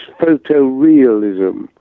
photorealism